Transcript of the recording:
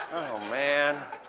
oh man.